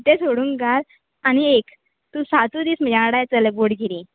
ते सोडून घाल आनी एक तूं सातूय दीस म्हज्या लांगडा येतले बोडगिणी